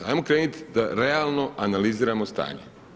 Hajmo krenut da realno analiziramo stanje.